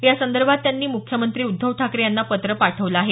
यासंदर्भात त्यांनी मुख्यमंत्री उद्धव ठाकरे यांना पत्र पाठवलं आहे